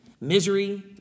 misery